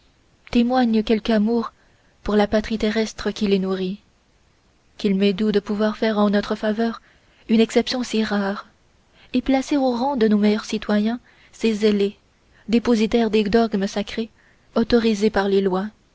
témoignent quelque amour pour la patrie terrestre qui les nourrit qu'il m'est doux de pouvoir faire en notre faveur une exception si rare et placer au rang de nos meilleurs citoyens ces zélés dépositaires des dogmes sacrés autorisés par les lois